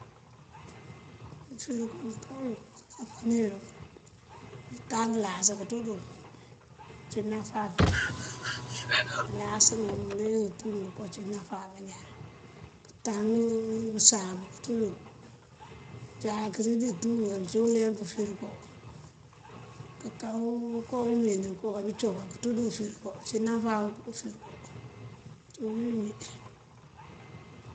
Fërigo mëënká uwël, okoo náfánir, këëntan ngëlas këënţúundël. Ací náfá fërigo, ngëlas ungun bëliyëng tú ngooko ací náfá bañaan. Këëntan bëësáab këënţúrël, cánkëridí tú, ací uleemp fërigo. Këënká koowí mëëwín nëëwí oká kánbí coka këënţú dí fërigo. Ací náfá u fërigo ţí bíiwinjí.